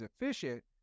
efficient